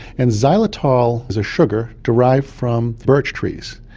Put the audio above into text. and xylitol is a sugar derived from birch trees,